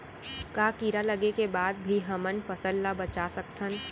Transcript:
का कीड़ा लगे के बाद भी हमन फसल ल बचा सकथन?